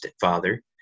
father